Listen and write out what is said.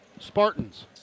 Spartans